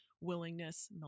willingness